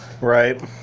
Right